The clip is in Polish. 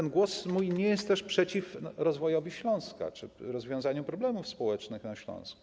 Mój głos nie jest przeciw rozwojowi Śląska czy rozwiązaniu problemów społecznych na Śląsku.